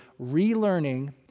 relearning